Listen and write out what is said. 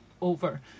over